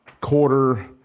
quarter